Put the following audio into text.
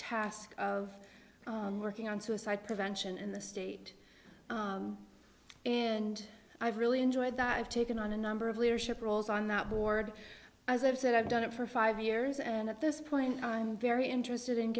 task of working on suicide prevention in the state and i've really enjoyed that i've taken on a number of leadership roles on that board as i've said i've done it for five years and at this point i'm very interested in